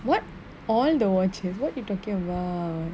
what all the watches what you talking about